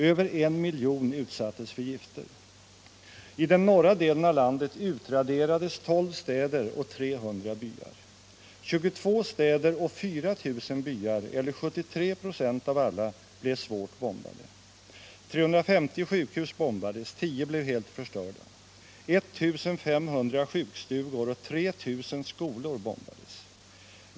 Över en miljon utsattes för gifter. I den norra delen av landet utraderades 12 städer och 300 byar. 22 städer och 4000 byar — 73 26 av alla — blev svårt bombade. 350 sjukhus bombades. 10 blev helt förstörda. I 500 sjukstugor och 3 000 skolor bombades.